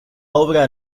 obra